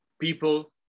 people